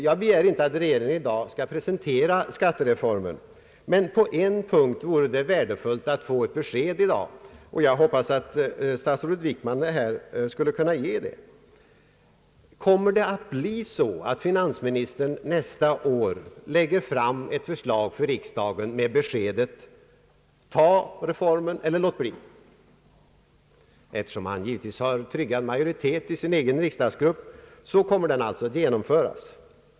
Jag begär inte att regeringen i dag skall presentera skattereformen. Men på en punkt vore det värdefullt att få ett besked i dag, och jag hoppas att statsrådet Wickman här skall kunna ge det. Kommer finansministern nästa år att lägga fram ett förslag till riksdagen med beskedet att vi skall »ta reformen eller låta bli»? Eftersom han givetvis har tryggad majoritet i sin egen riksdagsgrupp kommer förslaget att genomföras.